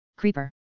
creeper